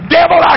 devil